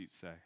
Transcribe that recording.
say